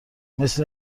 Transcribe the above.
مثل